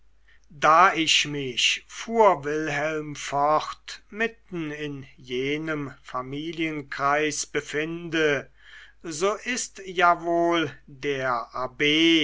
da ich mich fuhr wilhelm fort mitten in jenem familienkreis befinde so ist ja wohl der abb